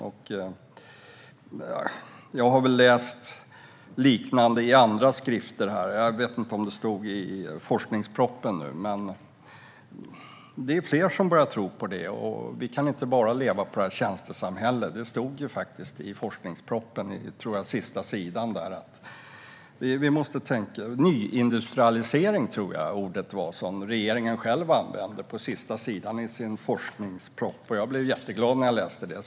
Jag har läst om liknande i andra skrifter. Jag vet inte om det stod om det i forskningspropositionen nu, men det är fler som börjar tro på det. Vi kan inte bara leva på tjänstesamhället. Det stod faktiskt om det i forskningspropositionen - på sista sidan tror jag. Jag tror att det var ordet nyindustrialisering som regeringen använde på sista sidan i sin forskningsproposition. Jag blev jätteglad när jag läste det.